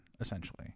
essentially